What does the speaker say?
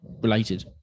related